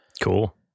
Cool